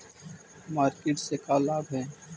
Market से का लाभ है?